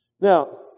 Now